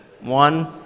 one